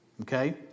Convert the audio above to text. Okay